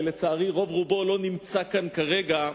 ולצערי רוב רובו לא נמצא כאן כרגע,